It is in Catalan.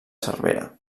cervera